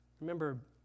remember